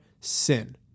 sin